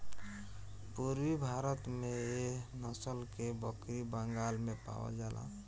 पूरबी भारत में एह नसल के बकरी बंगाल में पावल जाला